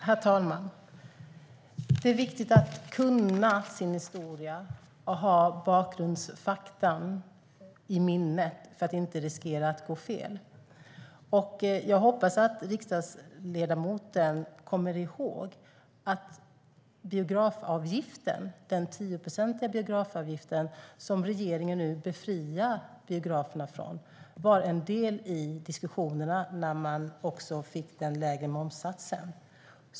Herr talman! Det är viktigt att kunna sin historia och att ha bakgrundsfaktumen i minnet för att inte riskera att gå fel. Jag hoppas att riksdagsledamoten kommer ihåg att den 10-procentiga biografavgiften, som regeringen nu befriar biograferna ifrån, var en del i diskussionerna när man fick den lägre momssatsen.